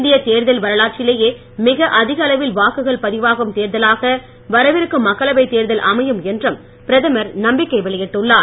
இந்திய தேர்தல் வரலாற்றிலேயே மிக அதிக அளவில் வாக்குகள் பதிவாகும் தேர்தலாக வரவிருக்கும் மக்களவைத் தேர்தல் அமையும் என்றும் பிரதமர் நம்பிக்கை வெளியிட்டுள்ளார்